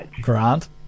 grant